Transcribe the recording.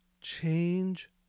Change